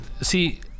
see